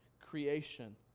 Creation